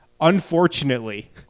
unfortunately